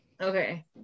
Okay